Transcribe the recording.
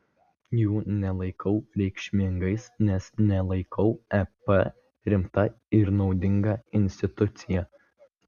jų nelaikau reikšmingais nes nelaikau ep rimta ir naudinga institucija